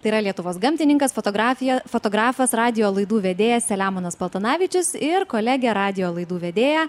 tai yra lietuvos gamtininkas fotografija fotografas radijo laidų vedėjas selemonas paltanavičius ir kolegė radijo laidų vedėja